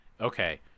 Okay